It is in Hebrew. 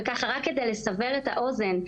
רק כדי לסבר את האוזן,